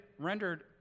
rendered